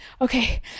okay